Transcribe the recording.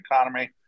economy